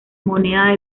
moneda